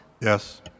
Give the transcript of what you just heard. Yes